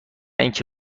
اینکه